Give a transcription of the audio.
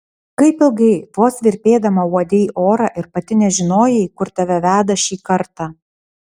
kaip ilgai vos virpėdama uodei orą ir pati nežinojai kur tave veda šį kartą